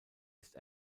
ist